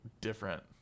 different